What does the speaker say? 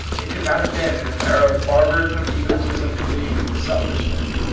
it could not have been in an era of barba rism, egotism, greed, selfishness.